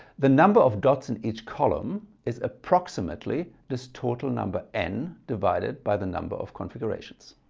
the number of dots in each column is approximately this total number n divided by the number of configurations